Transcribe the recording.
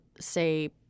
say